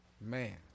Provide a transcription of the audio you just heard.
Man